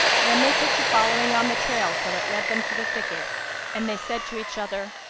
then they took to following on the trail till it led them to the thicket and they said to each other,